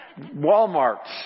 Walmart